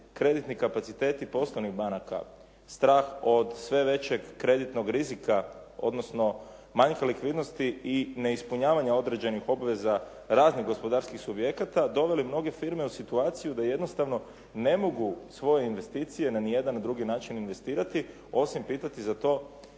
kreditni kapaciteti poslovnih banaka strah od sve većeg kreditnog rizika, odnosno manjka likvidnosti i ne ispunjavanja određenih obveza raznih gospodarskih subjekata, doveli mnoge firme u situaciju da jednostavno ne mogu investicije ni na jedan drugi način investirati osim pitati za to